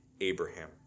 Abraham